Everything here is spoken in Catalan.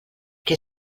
què